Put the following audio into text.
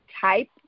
type